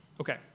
Okay